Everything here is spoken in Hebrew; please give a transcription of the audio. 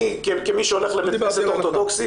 אני כמי שהולך בית כנסת אורתודוכסי,